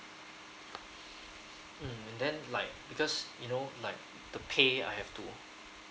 mm then like because you know like the pay I have to